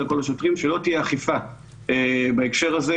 לכל השוטרים שלא תהיה אכיפה בהקשר הזה,